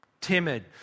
timid